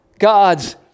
God's